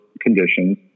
conditions